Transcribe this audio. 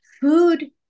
food